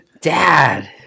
dad